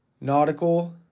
Nautical